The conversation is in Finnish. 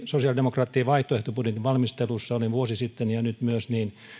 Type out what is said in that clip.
sosiaalidemokraattien vaihtoehtobudjetin valmistelussa olin vuosi sitten ja nyt myös niin